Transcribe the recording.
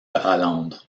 hollande